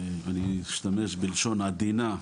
ואני אשתמש בלשון עדינה,